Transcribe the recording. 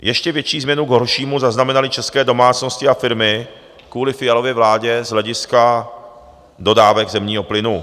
Ještě větší změnu k horšímu zaznamenaly české domácnosti a firmy kvůli Fialově vládě z hlediska dodávek zemního plynu.